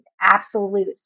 absolute